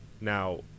now